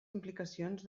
implicacions